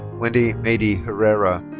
wendy maydee herrera.